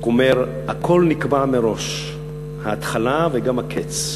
הוא אומר: הכול נקבע מראש, ההתחלה וגם הקץ,